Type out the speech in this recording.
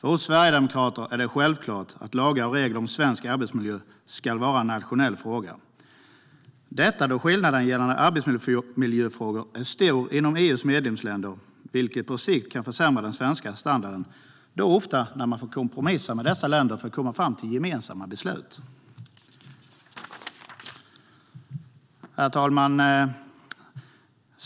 För oss sverigedemokrater är det självklart att lagar och regler om svensk arbetsmiljö ska vara en nationell fråga. Skillnaden när det gäller arbetsmiljöfrågor är nämligen stor mellan EU:s medlemsländer. Det kan på sikt försämra den svenska standarden eftersom man ofta får kompromissa med dessa länder för att komma fram till gemensamma beslut. Herr talman!